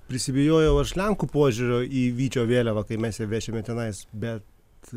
prisibijojau aš lenkų požiūrio į vyčio vėliavą kai mes ją vešime tenais bet